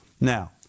Now